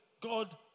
God